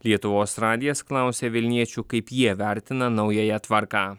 lietuvos radijas klausė vilniečių kaip jie vertina naująją tvarką